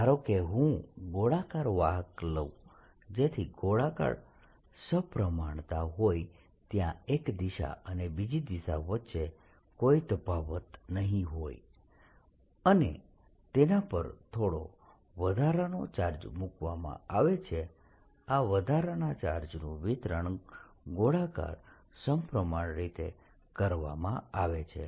ધારો કે હું ગોળાકાર વાહક લઉં જેથી ગોળાકાર સપ્રમાણતા હોય ત્યાં એક દિશા અને બીજી દિશા વચ્ચે કોઈ તફાવત નહિ હોય અને તેના પર થોડો વધારાનો ચાર્જ મૂકવામાં આવે છે આ વધારાના ચાર્જ નું વિતરણ ગોળાકાર સપ્રમાણ રીતે કરવામાં આવે છે